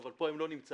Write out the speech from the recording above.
אבל פה הם לא נמצאים,